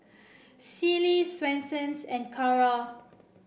Sealy Swensens and Kara